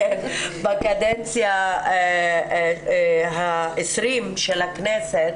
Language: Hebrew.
בקדנציה ה-20 של הכנסת,